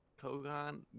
Kogan